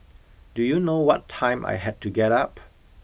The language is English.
do you know what time I had to get up